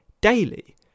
daily